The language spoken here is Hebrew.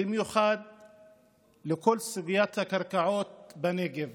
במיוחד בכל סוגיית הקרקעות בנגב.